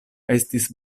estis